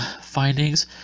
findings